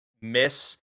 miss